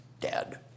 dead